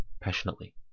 passionately